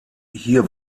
hier